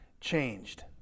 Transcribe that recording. changed